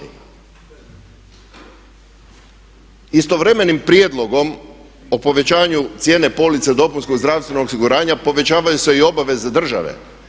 Istovremenim prijedlogom o povećanju cijene police dopunskog zdravstvenog osiguranja povećavaju se i obveze države.